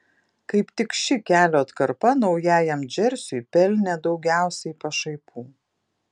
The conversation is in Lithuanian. kaip tik ši kelio atkarpa naujajam džersiui pelnė daugiausiai pašaipų